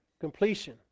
completion